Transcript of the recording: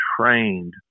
trained